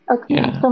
Okay